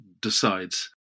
decides